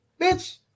bitch